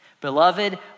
Beloved